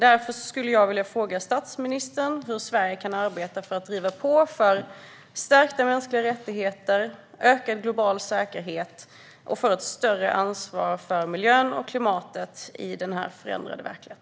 Därför skulle jag vilja fråga statsministern hur Sverige kan arbeta för att driva på för stärkta mänskliga rättigheter, ökad global säkerhet och för ett större ansvar för miljön och klimatet i denna förändrade verklighet.